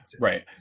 Right